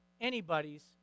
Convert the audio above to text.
anybody's